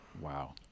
Wow